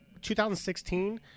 2016